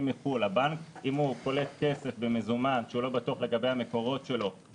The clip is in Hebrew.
יילכו לבנק אם הוא קולט כסף במזומן שהוא לא בטוח לגבי המקורות שלו.